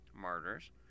martyrs